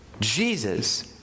Jesus